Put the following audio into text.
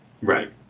right